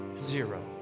Zero